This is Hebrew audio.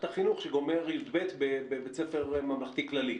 החינוך שמסיים י"ב בבית ספר ממלכתי כללי.